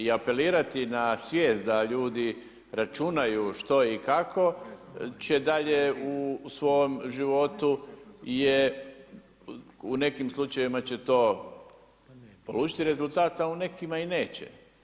I apelirati na svijest da ljudi računaju što i kako će dalje u svom životu, je u nekim slučajevima će to polučiti rezultat a u nekima i neće.